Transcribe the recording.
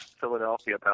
Philadelphia